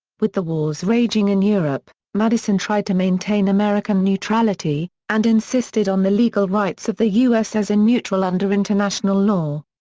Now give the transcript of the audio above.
with the wars raging in europe, madison tried to maintain american neutrality, and insisted on the legal rights of the u s. as a neutral under international law.